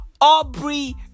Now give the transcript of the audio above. Aubrey